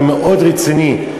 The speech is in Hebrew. אני מאוד רציני.